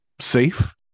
safe